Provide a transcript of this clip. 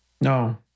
No